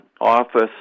office